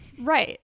Right